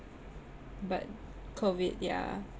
but COVID yah